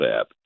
app